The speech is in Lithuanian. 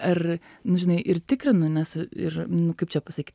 ar nu žinai ir tikrinu nes ir nu kaip čia pasakyt